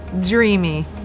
Dreamy